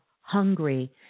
hungry